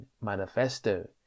Manifesto